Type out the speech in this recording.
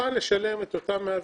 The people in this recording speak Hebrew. מוכן לשלם את אותם 105